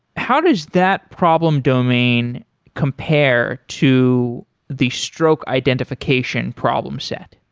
how does that problem domain compare to the stroke identification problem set?